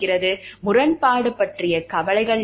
வட்டி முரண்பாடு பற்றிய கவலை என்ன